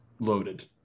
loaded